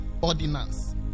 ordinance